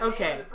Okay